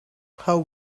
how